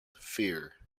fear